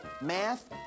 math